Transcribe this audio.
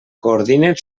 coordinen